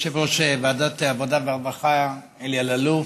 יושב-ראש ועדת העבודה והרווחה אלי אלאלוף,